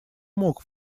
мог